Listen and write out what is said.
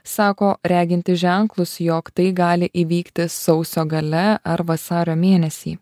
sako reginti ženklus jog tai gali įvykti sausio gale ar vasario mėnesį